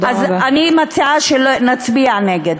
אני מציעה שנצביע נגד.